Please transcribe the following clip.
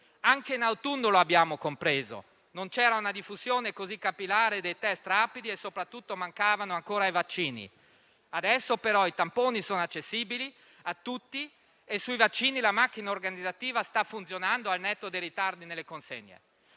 Anche in autunno lo abbiamo compreso: non c'era una diffusione così capillare dei test rapidi e, soprattutto, mancavano ancora i vaccini. Adesso però i tamponi sono accessibili a tutti e sui vaccini la macchina organizzativa sta funzionando al netto dei ritardi nelle consegne.